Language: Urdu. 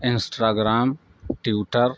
انسٹرا گرام ٹیوٹر